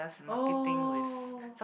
oh